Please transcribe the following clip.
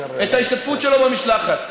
את ההשתתפות שלו במשלחת.